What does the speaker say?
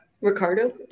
Ricardo